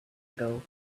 ago